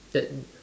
that